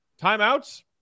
Timeouts